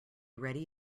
ready